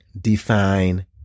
define